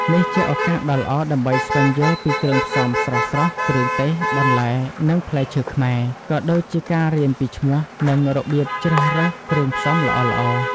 នេះជាឱកាសដ៏ល្អដើម្បីស្វែងយល់ពីគ្រឿងផ្សំស្រស់ៗ គ្រឿងទេស បន្លែ និងផ្លែឈើខ្មែរ ក៏ដូចជាការរៀនពីឈ្មោះ និងរបៀបជ្រើសរើសគ្រឿងផ្សំល្អៗ ។